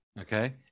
okay